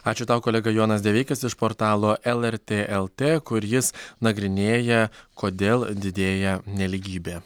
ačiū tau kolega jonas deveikis iš portalo lrt lt kur jis nagrinėja kodėl didėja nelygybė